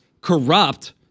corrupt